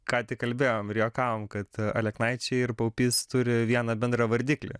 ką tik kalbėjom ir juokavom kad aleknaičiai ir paupys turi vieną bendrą vardiklį